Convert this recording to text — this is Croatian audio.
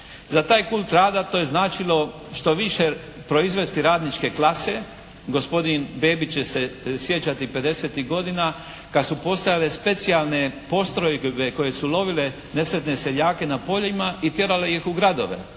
Za taj kult rada to je značilo što više proizvesti radničke klase. Gospodin Bebić će se sjećati 50-tih godina kad su postojale specijalne postrojbe koje su lovile nesretne seljake na poljima i tjerale ih u gradove.